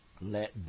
Let